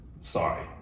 Sorry